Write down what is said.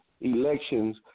elections